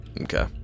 okay